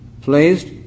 placed